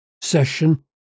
session